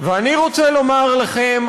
ואני רוצה לומר לכם,